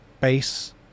base